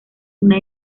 una